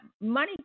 money